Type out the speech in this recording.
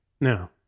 Now